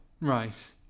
Right